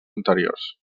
anteriors